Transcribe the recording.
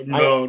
no